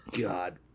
God